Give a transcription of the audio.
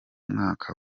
mwaka